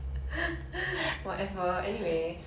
oh you know that japanese your name